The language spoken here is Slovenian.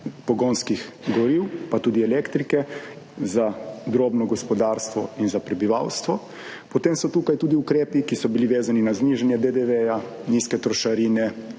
pogonskih goriv, pa tudi elektrike za drobno gospodarstvo in za prebivalstvo. Potem so tukaj tudi ukrepi, ki so bili vezani na znižanje DDV, nizke trošarine,